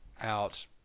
out